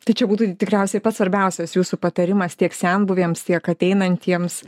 tai čia būtų tikriausiai pats svarbiausias jūsų patarimas tiek senbuviams tiek ateinantiems